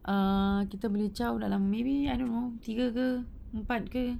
err kita boleh ciao dalam maybe I don't know tiga ke empat ke